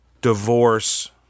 divorce